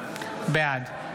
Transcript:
בעד